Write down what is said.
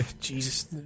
jesus